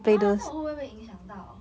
!huh! 这样我会不会被影响到